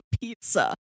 pizza